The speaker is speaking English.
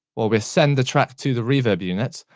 or we'll send the track to the reverb unit.